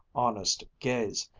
honest gaze,